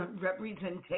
representation